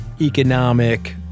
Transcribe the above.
economic